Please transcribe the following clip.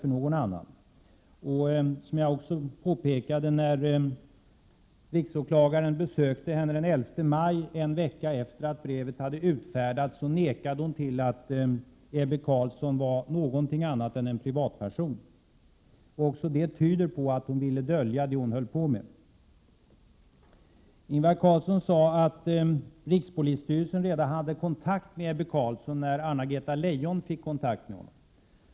Att hon — som jag också påpekade — då riksåklagaren besökte henne den 11 maj, en vecka efter det att brevet hade utfärdats, nekade till att Ebbe Carlsson var någonting annat än en privatperson tyder också på att hon ville dölja det hon höll på med. Ingvar Carlsson sade att rikspolisstyrelsen redan hade kontakt med Ebbe Carlsson när Anna-Greta Leijon fick kontakt med honom.